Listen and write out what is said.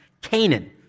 Canaan